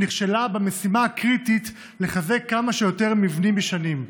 נכשלה במשימה הקריטית לחזק כמה שיותר מבנים ישנים.